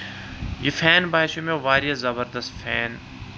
یہِ فین باسیو مےٚ واریاہ زَبردست فین